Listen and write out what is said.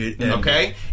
Okay